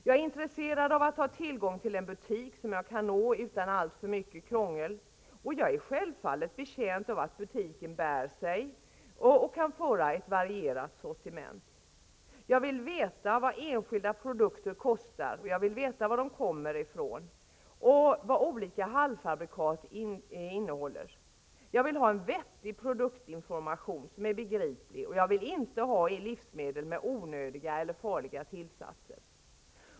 Jag är intresserad av att ha tillgång till en butik som jag kan nå utan alltför mycket krångel, och jag är självfallet betjänt av att butiken bär sig och kan föra ett varierat sortiment. Jag vill veta vad enskilda produkter kostar och varifrån de kommer, och jag vill veta vad olika halvfabrikat innehåller. Jag vill ha vettig produktinformation, som är begriplig, och jag vill inte ha livsmedel med onödiga eller farliga tillsatser.